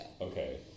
Okay